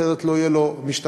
אחרת לא יהיה לו משתכן,